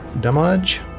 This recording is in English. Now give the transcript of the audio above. damage